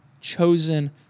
chosen